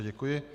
Děkuji.